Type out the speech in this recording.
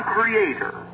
Creator